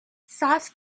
sauce